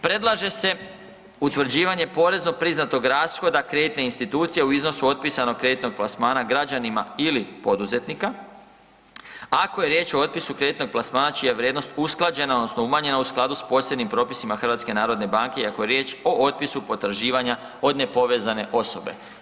Predlaže se utvrđivanje porezno priznatog rashoda kreditne institucije u iznosu otpisanog kreditnog plasmana građanima ili poduzetnika, ako je riječ o otpisu kreditnog plasmana čija je vrijednost usklađena, odnosno umanjena u skladu s posebnim propisima Hrvatske narodne banke i ako je riječ o otpisu potraživanja od nepovezane osobe.